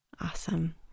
Awesome